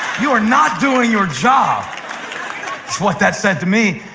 you are not doing your job is what that said to me.